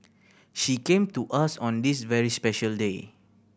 she came to us on this very special day